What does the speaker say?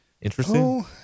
interesting